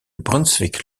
brunswick